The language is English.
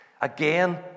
Again